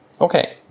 okay